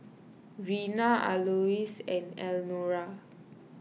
Rena Alois and Elnora